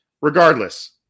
regardless